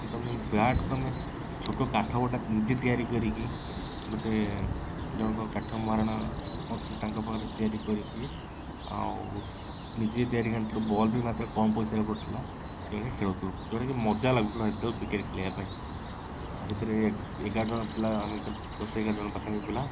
କିନ୍ତୁ ଆମେ ବ୍ୟାଟ୍କୁ ଆମେ ଛୋଟ କାଠ ଗୋଟେ ନିଜେ ତିଆରି କରିକି ଗୋଟେ ଜଣଙ୍କ କାଠ ମହାରଣା ଅଛି ତାଙ୍କ ପାଖରେ ତିଆରି କରିକି ଆଉ ନିଜେ ତିଆରି କରିକି ଆଣିଥିଲୁ ବଲ୍ ବି ମାତ୍ର କମ ପଇସାରେ ପଡ଼ିଥିଲା ତେଣୁ ଖେଳୁଥିଲୁ ଯେଉଁଟା କି ମଜା ଲାଗୁଥିଲା ସେତେବେଳେ କ୍ରିକେଟ୍ ଖେଳିବା ପାଇଁ ଆଉ ସେଥିରେ ଏଗାର ଜଣ ପିଲା ଆମେ ଖେଳୁଥିଲୁ ଦଶ ଏଗାର ଜଣ ପାଖା ପାଖି ପିଲା